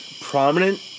prominent